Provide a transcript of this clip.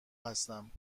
هستم